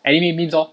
anime memes lor